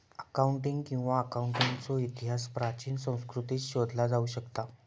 accounting किंवा अकाउंटन्सीचो इतिहास प्राचीन संस्कृतींत शोधला जाऊ शकता